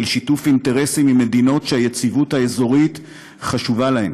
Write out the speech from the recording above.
של שיתוף אינטרסים עם מדינות שהיציבות האזורית חשובה להן.